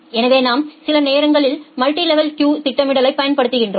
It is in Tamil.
எனவே நாம் சிலநேரங்களில் மல்டிலெவல் கியூ திட்டமிடலைப் பயன்படுத்துகிறோம்